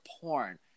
porn